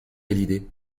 hallyday